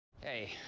Hey